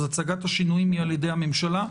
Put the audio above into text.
כך שהצגת השינויים היא על-ידי הממשלה.